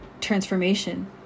transformation